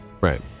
Right